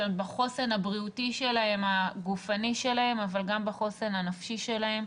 בחוסן הגופני שלהם אבל גם בחוסן הנפשי שלהם.